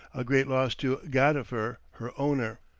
a great loss to gadifer, her owner.